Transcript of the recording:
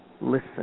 Listen